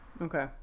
Okay